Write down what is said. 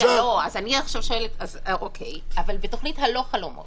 אז אני עכשיו שואלת, בתוכנית הלא חלומות